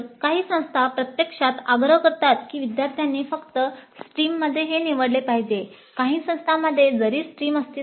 तर काही संस्था प्रत्यक्षात आग्रह करतात की विद्यार्थ्यांनी फक्त स्ट्रीममध्ये असतात आणि सर्व निवडक कोर्सेसची रचना समान असते